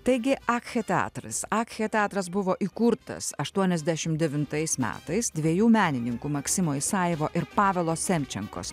taigi akche teatras akche teatras buvo įkurtas aštuoniasdešimt devintais metais dviejų menininkų maksimo isajevo ir pavelo semčenkos